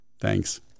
Thanks